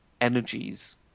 energies